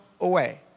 away